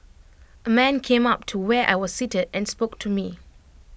A man came up to where I was seated and spoke to me